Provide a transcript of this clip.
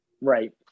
right